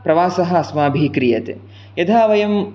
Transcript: प्रवासः अस्माभिः क्रियते यदा वयं